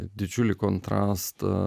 didžiulį kontrastą